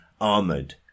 armoured